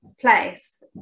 place